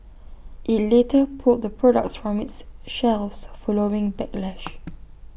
IT later pulled the products from its shelves following backlash